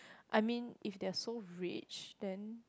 I mean if they are so rich then